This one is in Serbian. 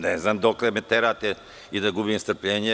Ne znam dokle me terate da gubim strpljenje.